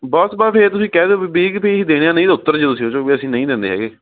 ਬੱਸ ਬੱਸ ਫਿਰ ਤੁਸੀਂ ਕਹਿ ਦਿਓ ਵੀ ਵੀਹ ਕੇ ਦੇਣੇ ਹੈ ਨਹੀਂ ਉਤਰ ਜਾਇਓ ਤੁਸੀਂ ਉਹ ਚੋਂ ਵੀ ਅਸੀਂ ਨਹੀਂ ਦਿੰਦੇ ਹੈਗੇ